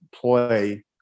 play